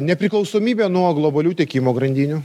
nepriklausomybę nuo globalių tiekimo grandinių